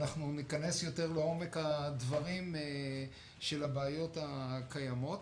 אנחנו ניכנס יותר לעומק הבעיות הקיימות.